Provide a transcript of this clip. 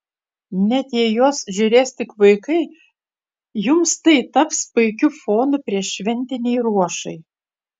net jei juos žiūrės tik vaikai jums tai taps puikiu fonu prieššventinei ruošai